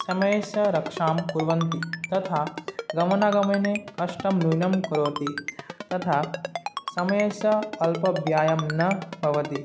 समयस्य रक्षां कुर्वन्ति तथा गमनागमने कष्टं न्यूनं करोति तथा समयस्य अपव्ययं न भवति